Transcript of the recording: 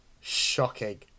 shocking